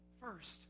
first